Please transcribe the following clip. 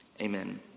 Amen